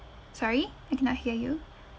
sorry I cannot hear you